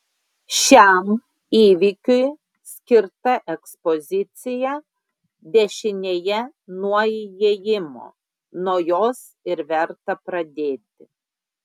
šiam įvykiui skirta ekspozicija dešinėje nuo įėjimo nuo jos ir verta pradėti